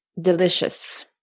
delicious